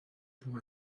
pour